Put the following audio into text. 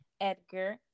Edgar